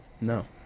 No